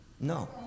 No